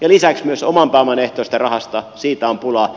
lisäksi myös oman pääoman ehtoisesta rahasta on pulaa